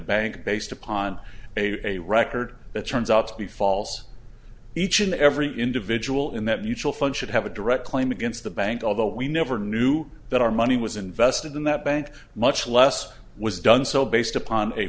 bank based upon a record that turns out to be false each and every individual in that mutual fund should have a direct claim against the bank although we never knew that our money was invested in that bank much less was done so based upon a